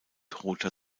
roter